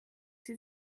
sie